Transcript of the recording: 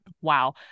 wow